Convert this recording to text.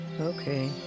Okay